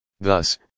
Thus